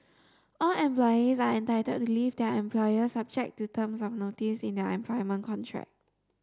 all employees are entitled to leave their employer subject to terms of notice in their employment contract